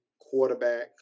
quarterback